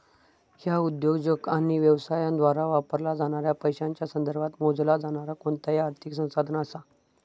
ह्या उद्योजक आणि व्यवसायांद्वारा वापरला जाणाऱ्या पैशांच्या संदर्भात मोजला जाणारा कोणताही आर्थिक संसाधन असा